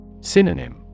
Synonym